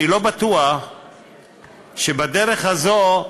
אני לא בטוח שבדרך הזאת,